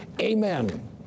amen